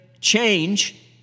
change